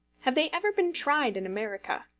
have they ever been tried in america?